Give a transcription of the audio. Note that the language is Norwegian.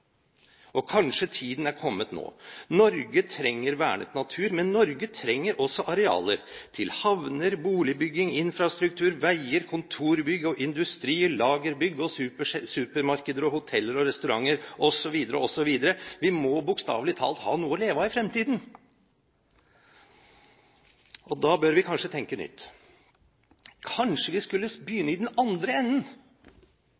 stoppe. Kanskje tiden er kommet nå. Norge trenger vernet natur, men Norge trenger også arealer til havner, boligbygging, infrastruktur, veier, kontorbygg, industri, lagerbygg, supermarkeder, hoteller og restauranter, osv. osv. Vi må bokstavelig talt ha noe å leve av i fremtiden. Da bør vi kanskje tenke nytt. Kanskje vi skulle